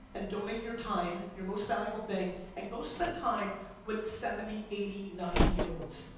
and donate your time, your most valuable thing, and go spend time with seventy, eighty, ninety year olds.